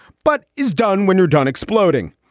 but is done when you're done exploding.